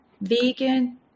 vegan